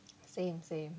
same same